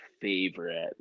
favorite